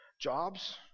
jobs